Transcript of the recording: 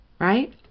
Right